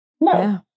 No